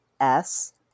-S